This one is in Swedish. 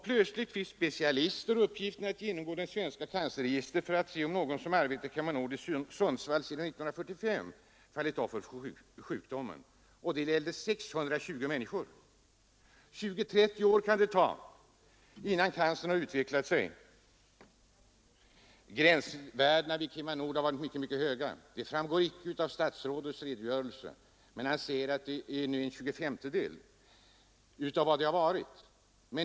Plötsligt fick specialister i uppgift att genomgå det svenska cancerregistret för att se om någon som arbetat vid KemaNord i Sundsvall sedan 1945 fallit offer för sjukdomen. Det gällde 620 personer. 20-30 år kan det ta för cancern att utveckla sig. Gränsvärdena vid KemaNord har varit mycket höga. Exakt hur höga framgår inte av statsrådets redogörelse, men han säger att de nu är en tjugofemtedel av vad de har varit.